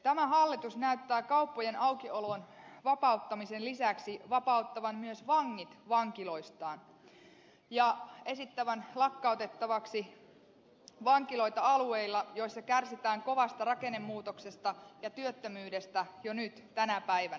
tämä hallitus näyttää kauppojen aukiolon vapauttamisen lisäksi vapauttavan myös vangit vankiloistaan ja esittävän lakkautettavaksi vankiloita alueilla joissa kärsitään kovasta rakennemuutoksesta ja työttömyydestä jo nyt tänä päivänä